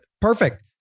Perfect